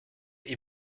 est